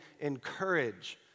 encourage